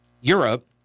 Europe